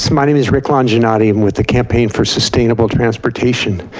my name is rick lancia, not even with the campaign for sustainable transportation,